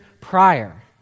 prior